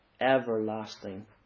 everlasting